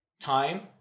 time